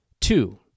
two